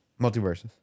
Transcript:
Multiverses